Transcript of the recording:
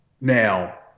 Now